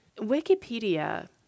Wikipedia